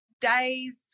days